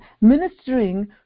ministering